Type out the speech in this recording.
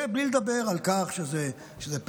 וזה בלי לדבר על כך שזה פרסונלי,